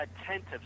attentive